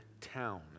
town